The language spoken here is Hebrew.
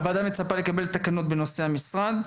הוועדה מצפה לקבל תקנות בנושא המשרד.